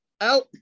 Out